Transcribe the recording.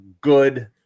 good